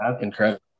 incredible